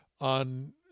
on